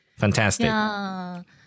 Fantastic